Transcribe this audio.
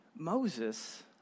Moses